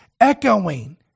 echoing